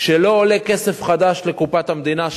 שלא עולה כסף חדש לקופת המדינה,